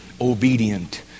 obedient